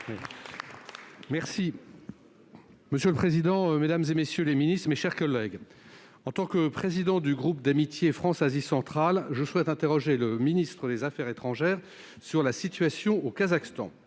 Centriste. Monsieur le président, mesdames, messieurs les ministres, mes chers collègues, en tant que président du groupe interparlementaire d'amitié France-Asie centrale, je souhaite interroger le ministre des affaires étrangères à propos de la situation au Kazakhstan.